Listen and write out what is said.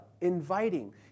inviting